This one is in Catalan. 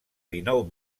dinou